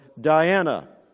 Diana